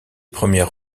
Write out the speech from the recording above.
premières